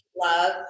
love